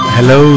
Hello